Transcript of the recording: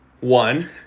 one